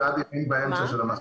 שדי נכפה עלינו,